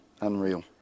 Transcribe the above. unreal